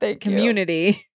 community